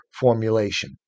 formulation